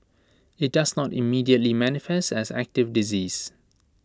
IT does not immediately manifest as active disease